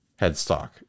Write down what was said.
Headstock